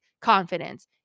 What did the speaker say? confidence